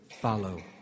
follow